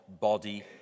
body